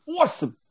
Awesome